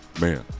man